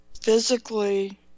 physically